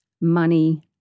money